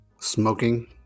Smoking